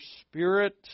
spirit